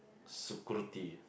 security